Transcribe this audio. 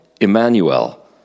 Emmanuel